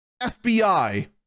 FBI